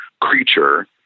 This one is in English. creature